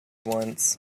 wants